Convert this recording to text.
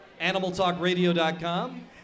animaltalkradio.com